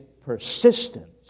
persistence